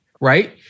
right